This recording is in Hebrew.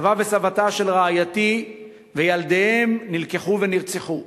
סבה וסבתה של רעייתי וילדיהם נלקחו ונרצחו.